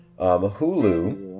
Hulu